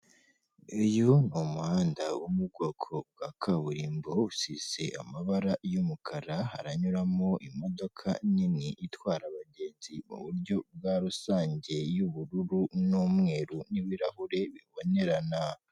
Uyu ni umuhanda wo mu bwoko bwa kaburimbo usize amabara y'umukara haranyuramo imodoka nini itwara abagenzi mu buryo bwa rusange y'ubururu n'umweru n'ibirahure bibonerana.